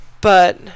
But-